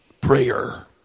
prayer